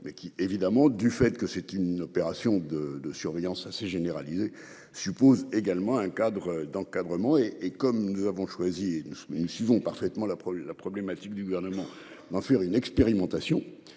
mais qui évidemment du fait que c'est une opération de de surveillance assez généralisé suppose également un cadre d'encadrement et, et comme nous avons choisi une semaine vont parfaitement l'approche de la problématique du gouvernement d'en faire une expérimentation